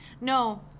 no